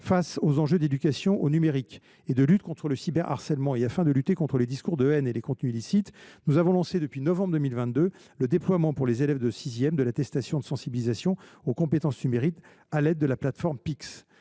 Face aux enjeux d’éducation au numérique et de lutte contre le cyberharcèlement et afin de lutter contre les discours de haine et les contenus illicites, nous avons lancé en novembre 2022 le déploiement de l’attestation de sensibilisation aux compétences numériques à l’aide de la plateforme Pix